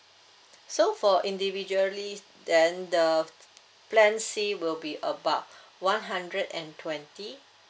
so for individually then the plan C will be about one hundred and twenty